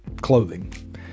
clothing